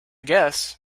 guess